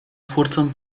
twórcą